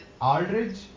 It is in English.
Aldridge